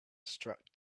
struck